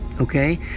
Okay